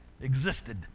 existed